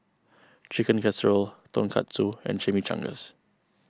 Chicken Casserole Tonkatsu and Chimichangas